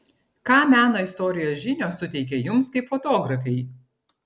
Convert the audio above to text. ką meno istorijos žinios suteikia jums kaip fotografei